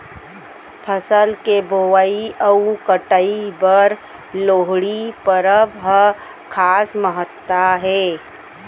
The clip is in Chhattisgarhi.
फसल के बोवई अउ कटई बर लोहड़ी परब ह खास महत्ता हे